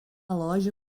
loja